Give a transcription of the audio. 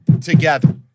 together